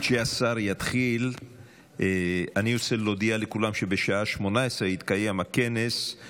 אני קובע כי הצעת חוק הסמכת צבא ההגנה לישראל ושירות הביטחון הכללי